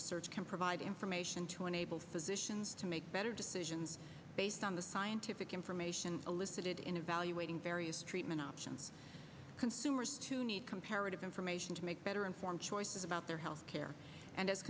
research can provide information to enable physicians to make better decisions based on the scientific information elicited in evaluating very treatment option consumers to need comparative information to make better informed choices about their health care and as